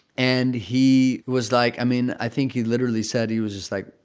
and he was like, i mean, i think he literally said he was just like,